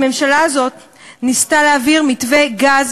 הממשלה הזאת ניסתה להעביר מתווה גז